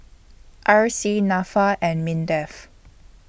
R C Nafa and Mindef